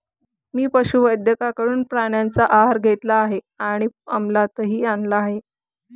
मी पशुवैद्यकाकडून प्राण्यांचा आहार घेतला आहे आणि अमलातही आणला आहे